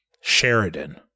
Sheridan